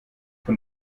von